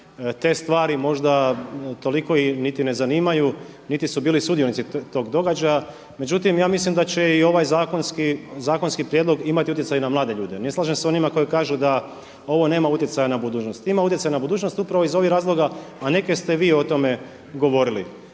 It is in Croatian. te stvari možda toliko niti ne zanimaju, niti su bili sudionici tog događaja. Međutim, ja mislim da će i ovaj zakonski prijedlog imati utjecaj na mlade ljude. Ne slažem se sa onima koji kažu da ovo nema utjecaja na budućnost. Ima utjecaja na budućnost upravo iz ovih razloga, a neke ste vi o tome govorili.